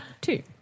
two